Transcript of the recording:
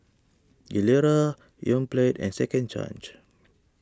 Gilera Yoplait and Second Chance